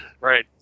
right